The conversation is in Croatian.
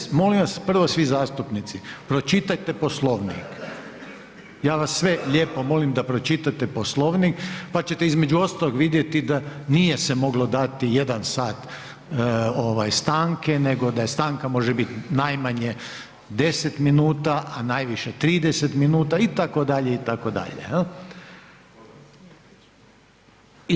Dajte molim vas, prvo svi zastupnici, pročitajte Poslovnik, ja vas sve lijepo molim da pročitate Poslovnik pa ćete između ostaloga vidjeti da nije se moglo dati jedan sat stanke, nego da stanka može biti najmanje 10 minuta, a najviše 30 minuta itd., itd., jel.